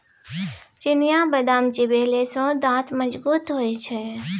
चिनियाबदाम चिबेले सँ दांत मजगूत होए छै